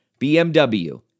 BMW